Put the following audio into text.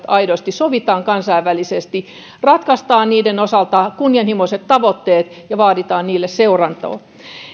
aidosti sovitaan kansainvälisesti ratkaistaan niiden osalta kunnianhimoiset tavoitteet ja vaaditaan niille seurantaa